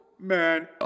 Man